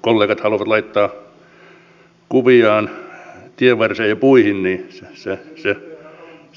kollegat haluavat laittaa kuviaan tienvarsille ja puihin niin se helpottuu